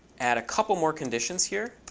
add a couple more conditions here.